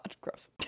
gross